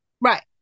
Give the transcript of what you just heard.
right